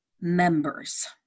members